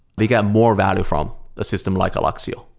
they got more value from a system like alluxio.